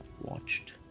watched